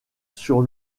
sur